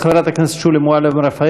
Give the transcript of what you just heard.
חברת הכנסת שולי מועלם-רפאלי.